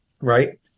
right